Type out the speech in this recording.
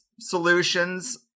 solutions